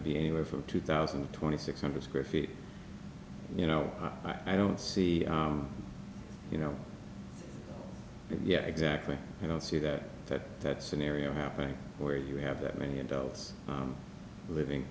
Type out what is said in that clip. to be anywhere from two thousand and twenty six hundred square feet you know i don't see you know yet exactly i don't see that that that scenario happening where you have that many adults living